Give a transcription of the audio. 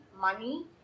money